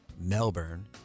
Melbourne